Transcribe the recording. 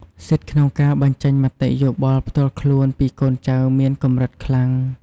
សិទ្ធិក្នុងការបញ្ចេញមតិយោបល់ផ្ទាល់ខ្លួនពីកូនចៅមានកម្រិតខ្លាំង។